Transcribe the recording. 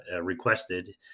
requested